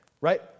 right